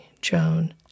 Joan